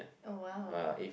oh !wow!